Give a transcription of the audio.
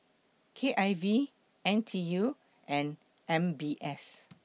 K I V N T U and M B S